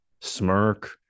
smirk